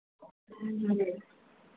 जी